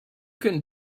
can